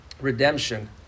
Redemption